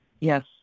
Yes